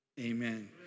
amen